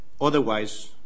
Otherwise